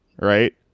right